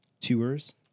Tours